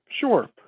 Sure